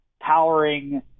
powering